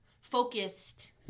focused